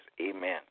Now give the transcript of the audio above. Amen